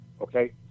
Okay